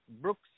Brooks